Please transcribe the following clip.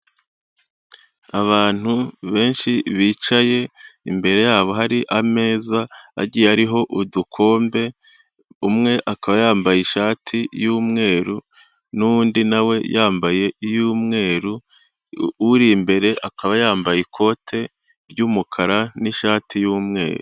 Abantu benshi bicaye, imbere yabo hari ameza agiye ariho udukombe, umwe akaba yambaye ishati y'umweru n'undi na we yambaye iy'umweru, uri imbere akaba yambaye ikote ry'umukara n'ishati y'umweru.